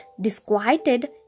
disquieted